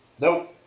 Nope